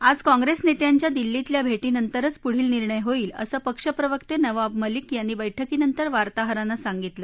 आज काँप्रेस नेत्यांच्या दिल्लीतल्या भेटीनंतरच पुढील निर्णय होईल असं पक्षप्रवक्ते नवाब मलिक यांनी बैठकीनंतर वार्ताहरांना सांगितलं